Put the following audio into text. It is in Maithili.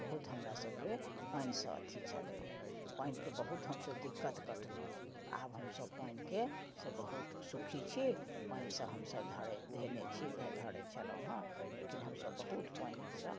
बहुत हमरा सबके पानिसँ अथी छलै हँ पानिके बहुत हमसब दिक्कत कटलहुँ आब हमसब पानिके से बहुत सुखी छी पानिसँ हमसब धरे धेने छी धरे छलहुँ हँ लेकिन हमसब बहुत पानिसँ